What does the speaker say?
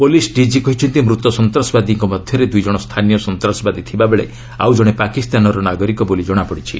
police ଡିକି କହିଛନ୍ତି ମୃତ ସନ୍ତାସବାଦୀଙ୍କ ମଧ୍ୟରେ ଦୁଇ ଜଶ ସ୍ଥାନୀୟ ସନ୍ତାସବାଦୀ ଥିବାବେଳେ ଆଉ ଜଣେ ପାକିସ୍ତାନର ନାଗରିକ ବୋଲି ଜଣାପଡ଼ିଛି